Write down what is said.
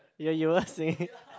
ya you were singing